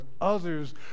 others